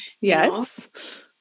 Yes